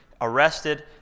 arrested